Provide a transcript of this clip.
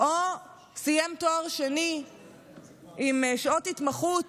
או סיים תואר שני עם שעות התמחות,